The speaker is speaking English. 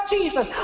Jesus